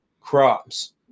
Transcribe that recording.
crops